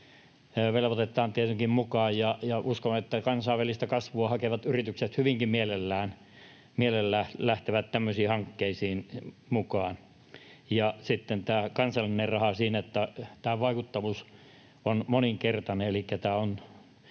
velvoitetaan tietenkin mukaan, ja uskon, että kansainvälistä kasvua hakevat yritykset hyvinkin mielellään lähtevät tämmöisiin hankkeisiin mukaan. Tämän kansainvälisen rahan vaikuttavuus siinä on moninkertainen,